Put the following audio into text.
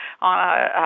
on